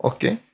Okay